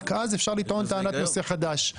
רק אז אפשר לטעון טענת נושא חדש.